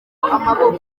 amaboko